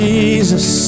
Jesus